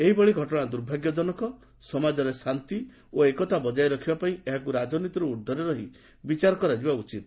ଏହିଭଳି ଘଟଣା ଦୁର୍ଭାଗ୍ୟଜନକ ସମାଜରେ ଶାନ୍ତି ଓ ଏକତା ବଜାୟ ରଖିବାପାଇଁ ଏହାକୁ ରାଜନୀତିର ଉର୍ଦ୍ଧ୍ୱରେ ରହି ବିଚାର କରାଯିବା ଉଚିତ